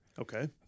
Okay